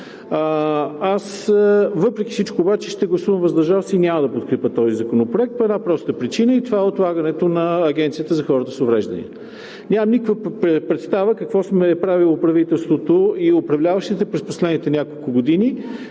Аз въпреки всичко обаче ще гласувам „въздържал се“ и няма да подкрепя този законопроект по една проста причина и това е отлагането на Агенцията за хората с увреждания. Нямам никаква представа какво е правило правителството и управляващите през последните няколко години.